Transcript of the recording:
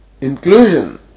inclusion